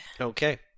Okay